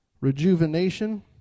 rejuvenation